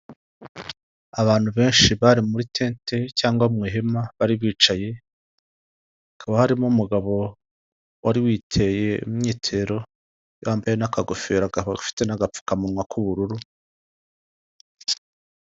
Abantu benshi bari muri tente cyangwa mu ihema bari bicaye, hakaba harimo umugabo wari witeye imyitero yambaye n'akagofero, akaba afite n'agapfukamunwa k'ubururu.